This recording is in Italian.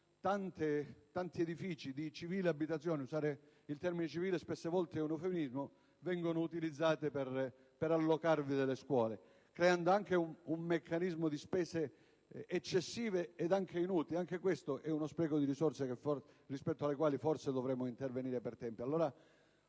tanti edifici di civile abitazione, laddove usare il termine «civile» spesso è un eufemismo, vengono utilizzati per allocarvi le scuole, creando tra l'altro un meccanismo di spese eccessive ed anche inutili, anche questo uno spreco di risorse rispetto al quale dovremmo forse intervenire per tempo.